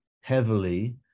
heavily